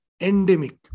endemic